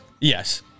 Yes